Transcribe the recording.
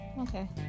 Okay